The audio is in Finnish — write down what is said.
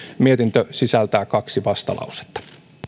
mietintö sisältää kaksi vastalausetta